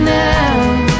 now